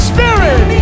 Spirit